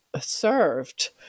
served